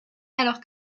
alors